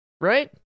Right